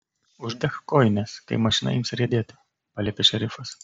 uždek kojines kai mašina ims riedėti paliepė šerifas